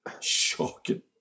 shocking